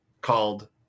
called